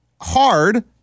hard